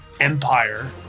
empire